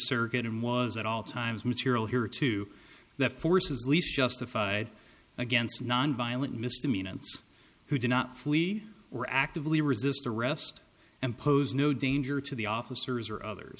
circuit and was at all times material here to the forces least justified against nonviolent misdemeanor who did not flee or actively resist arrest and pose no danger to the officers or others